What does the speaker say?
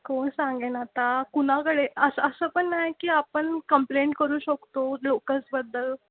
हो सांगेन आता कुणाकडे अस असं पण नाही की आपण कम्प्लेंट करू शकतो लोकल्सबद्दल